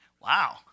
Wow